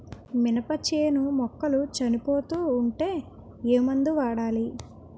మినప చేను మొక్కలు చనిపోతూ ఉంటే ఏమందు వాడాలి?